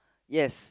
yes